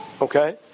Okay